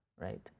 right